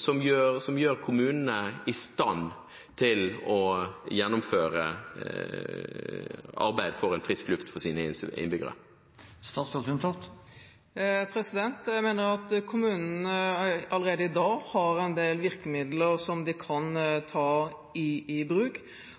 som setter kommunene i stand til å gjennomføre arbeidet for frisk luft for sine innbyggere? Jeg mener at kommunene allerede i dag har en del virkemidler som de kan ta i bruk. Så er det opplagt at kommunene her har bedt om flere virkemidler. Som jeg sa i